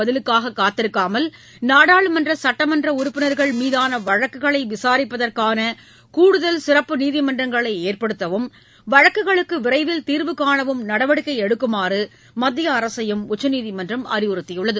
பதிலுக்காககாத்திருக்காமல் மாநிலஅரசுகளின் நாடாளுமன்றசட்டமன்றடறுப்பினர்கள் மீதாளவழக்குகளைவிசாரிப்பதற்கானகூடுதல் சிறப்பு நீதிமன்றங்களைஏற்படுத்தவும் வழக்குகளுக்குவிரைவில் தீர்வு காணவும் நடவடிக்கைஎடுக்குமாறுமத்தியஅரசையும் உச்சநீதிமன்றம் அறிவுறுத்தியுள்ளது